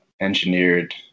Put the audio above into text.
engineered